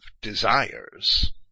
desires